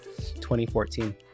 2014